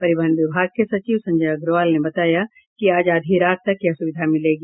परिवहन विभाग के सचिव संजय अग्रवाल ने बताया कि आज आधी रात तक यह सुविधा मिलेगी